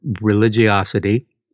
religiosity